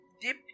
dip